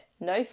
No